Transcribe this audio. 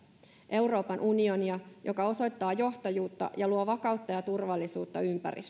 euroopan unionia joka osoittaa johtajuutta ja luo vakautta ja turvallisuutta